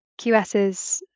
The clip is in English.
QSs